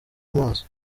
amaso